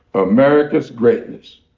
america's greatness